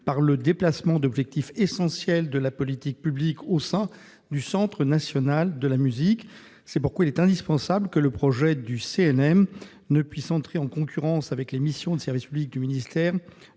par le transfert de missions essentielles de la politique publique au Centre national de la musique. C'est pourquoi il est indispensable que le projet du CNM ne puisse entrer en concurrence avec les missions de service public du ministère